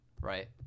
right